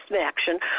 action